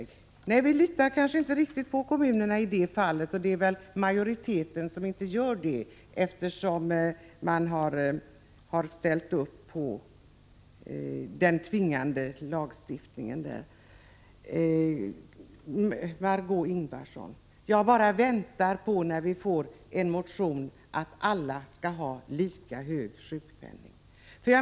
Majoriteten i utskottet litar inte riktigt på kommunerna och har därför ställt sig bakom förslaget om en tvingande lagstiftning.